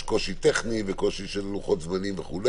יש קושי טכני וקושי של לוחות זמנים וכו',